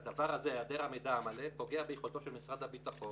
היעדר המידע המלא הזה פוגע ביכולתו של משרד הביטחון